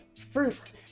fruit